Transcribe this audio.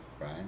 right